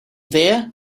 there